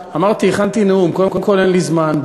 אמרתי, הכנתי נאום, קודם כול אין לי זמן.